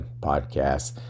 podcasts